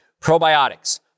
Probiotics